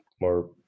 more